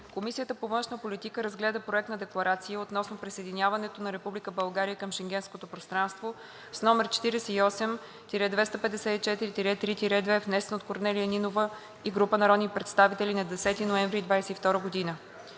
Комисията по външна политика разгледа Проект на декларация относно присъединяването на Република България към Шенгенското пространство, № 48-254-03-2, внесен от Корнелия Нинова и група народни представители на 10 ноември 2022 г.